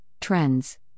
Trends